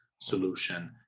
solution